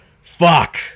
fuck